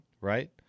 right